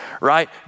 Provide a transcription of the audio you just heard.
right